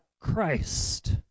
Christ